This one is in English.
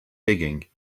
digging